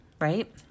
right